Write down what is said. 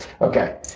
Okay